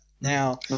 Now